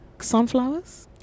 sunflowers